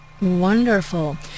Wonderful